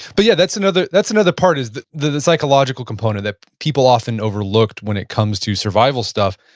but yeah, that's another that's another part is the the psychological component that people often overlooked when it comes to survival stuff.